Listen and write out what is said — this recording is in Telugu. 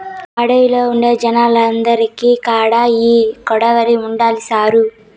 అడవిలో ఉండే జనాలందరి కాడా ఈ కొడవలి ఉండాది సారూ